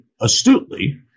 astutely